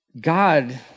God